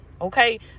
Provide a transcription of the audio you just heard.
Okay